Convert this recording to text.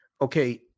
Okay